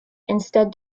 instead